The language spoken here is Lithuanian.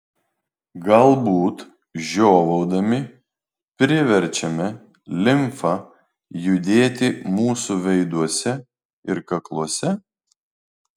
galbūt žiovaudami priverčiame limfą judėti mūsų veiduose ir kakluose